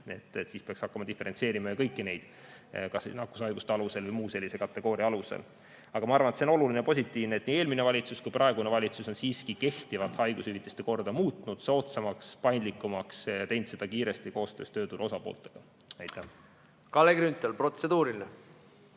neid kõiki hakkama diferentseerima kas nakkushaiguste alusel või muu sellise kategooria alusel. Aga ma arvan, et on oluline ja positiivne, et nii eelmine valitsus kui ka praegune valitsus on siiski kehtivat haigushüvitiste korda muutnud soodsamaks ja paindlikumaks ning teinud seda kiiresti koostöös tööturu osapooltega. Kalle Grünthal, protseduuriline.